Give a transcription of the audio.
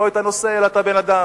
לא את הנושא אלא את הבן-אדם.